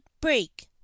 break